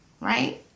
right